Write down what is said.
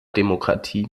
demokratie